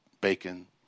bacon